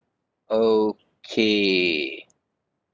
okay